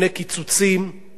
בפני העלאת מסים,